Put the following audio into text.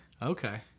Okay